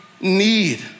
need